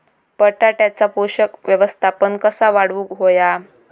बटाट्याचा पोषक व्यवस्थापन कसा वाढवुक होया?